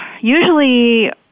usually